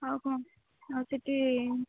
ଆଉ କ'ଣ ଆଉ ସେଇଠି